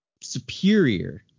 superior